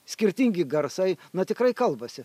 skirtingi garsai na tikrai kalbasi